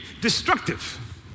destructive